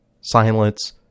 silence